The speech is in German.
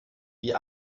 wie